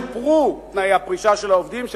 שופרו תנאי הפרישה של העובדים,